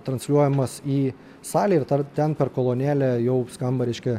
transliuojamas į salę ir tar ten per kolonėlę jau skamba reiškia